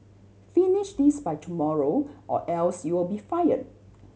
finish this by tomorrow or else you'll be fire